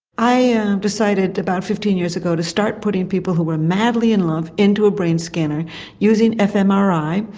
i decided about fifteen years ago to start putting people who were madly in love into a brain scanner using fmri.